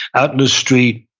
out in the street,